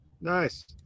nice